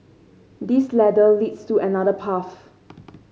this ladder leads to another path